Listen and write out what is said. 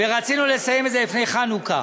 ורצינו לסיים את זה לפני חנוכה.